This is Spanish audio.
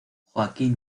joaquín